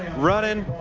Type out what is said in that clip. running.